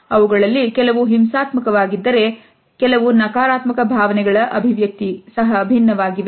ಅವುಗಳಲ್ಲಿ ಕೆಲವು ಹಿಂಸಾತ್ಮಕ ವಾಗಿದ್ದರೆ ನಕಾರಾತ್ಮಕ ಭಾವನೆಗಳ ಅಭಿವ್ಯಕ್ತಿ ಸಹ ವಿಭಿನ್ನವಾಗಿವೆ